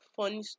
funny